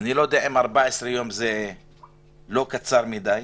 אני לא יודע אם 14 יום זה לא קצר מדי.